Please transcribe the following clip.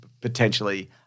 potentially